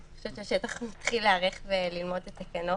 אני חושבת שהשטח מתחיל להיערך וללמוד את התקנות.